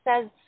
says